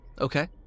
Okay